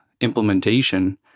implementation